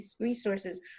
resources